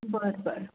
बरं बरं